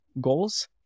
goals